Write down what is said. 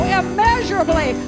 immeasurably